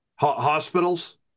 Hospitals